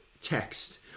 text